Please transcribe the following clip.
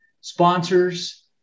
sponsors